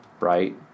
right